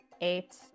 eight